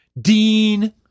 Dean